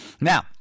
Now